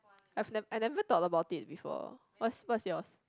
I've never I never thought about it before what's what's yours